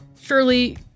Surely